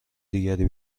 دیگری